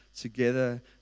together